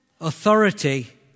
Authority